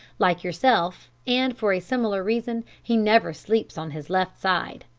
like yourself, and for a similar reason, he never sleeps on his left side.